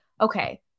okay